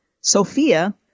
Sophia